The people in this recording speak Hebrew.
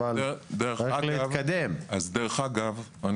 דרך אגב,